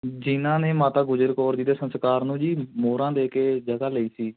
ਜਿਹਨਾਂ ਨੇ ਮਾਤਾ ਗੁਜਰ ਕੌਰ ਜੀ ਦੇ ਸਸਕਾਰ ਨੂੰ ਜੀ ਮੋਹਰਾਂ ਦੇ ਕੇ ਜਗ੍ਹਾ ਲਈ ਸੀ